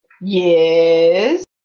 Yes